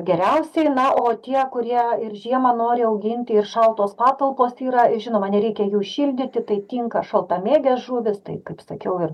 geriausiai na o tie kurie ir žiemą nori auginti ir šaltos patalpos yra žinoma nereikia jų šildyti tai tinka šaltamėgės žuvys tai kaip sakiau ir